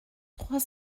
trois